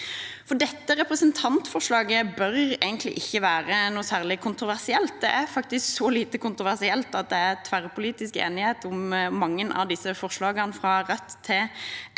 Dette representantforslaget bør egentlig ikke være noe særlig kontroversielt. Det er faktisk så lite kontroversielt at det er tverrpolitisk enighet om mange av disse forslagene – fra Rødt til